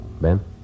Ben